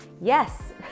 Yes